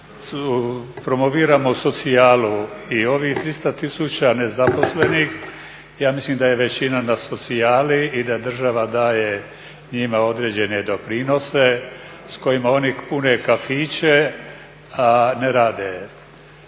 promoviramo socijalu. I ovih 300 tisuća nezaposlenih ja mislim da je većina na socijali i da država daje njima određene doprinose s kojima oni pune kafiće, a ne rade.